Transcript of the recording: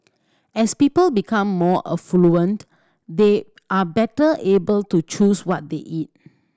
as people become more affluent they are better able to choose what they eat